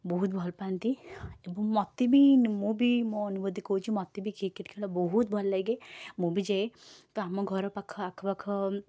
ବହୁତ ଭଲପାଆନ୍ତି ଏବଂ ମୋତେ ବି ମୁଁ ବି ମୋ ଅନୁଭୂତି କହୁଛି ମୋତେ ବି କ୍ରିକେଟ୍ ଖେଳ ବହୁତ ଭଲ ଲାଗେ ମୁଁ ବି ଯାଏ ଆମ ଘର ପାଖ ଆଖ ପାଖ